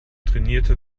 trainierte